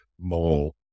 mole